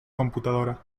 computadora